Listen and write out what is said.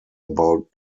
about